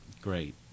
Great